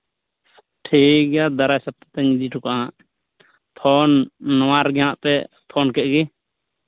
ᱴᱷᱤᱠ ᱜᱮᱭᱟ ᱫᱟᱨᱟᱭ ᱥᱚᱯᱛᱟᱛᱮᱧ ᱤᱫᱤ ᱦᱚᱴᱚ ᱠᱟᱜᱼᱟ ᱦᱟᱸᱜ ᱯᱷᱳᱱ ᱱᱚᱣᱟ ᱨᱮᱜᱮ ᱦᱟᱸᱜ ᱯᱮ ᱯᱷᱳᱱ ᱠᱮᱫ ᱜᱮ